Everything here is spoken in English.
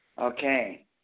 Okay